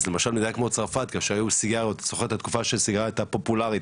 אז למשל במדינה כמו צרפת בתקופה שסיגריות היו פופולאריות,